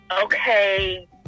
okay